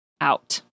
out